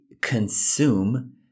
consume